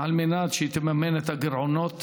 על מנת שהיא תממן את הגירעונות